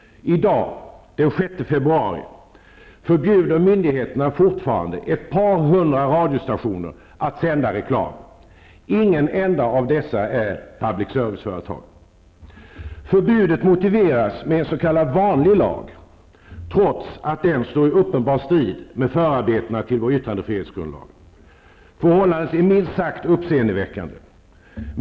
I dag är det den 6 februari, och fortfarande förbjuder myndigheterna ett par hundra radiostationer att sända reklam. Inte en enda av dessa är public service-företag. Förbudet motiveras med en s.k. vanlig lag, trots att den står i uppenbar strid med förarbetena till vår yttrandefrihetsgrundlag. Det här förhållandet är minst sagt uppseendeväckande.